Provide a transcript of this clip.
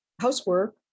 housework